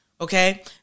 okay